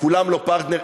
כולם לא פרטנר,